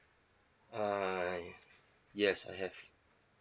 uh yes I have